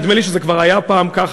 נדמה לי שזה כבר היה פעם כך,